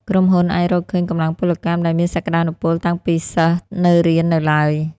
ក្រុមហ៊ុនអាចរកឃើញកម្លាំងពលកម្មដែលមានសក្តានុពលតាំងពីសិស្សនៅរៀននៅឡើយ។